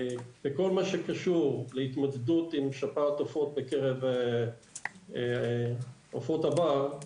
בכל מה שקשור להתמודדות עם שפעת עופות בקרב עופות הבר,